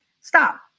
stop